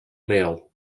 leol